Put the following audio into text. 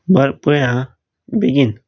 बरें पळय आं बेगीन